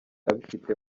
abifite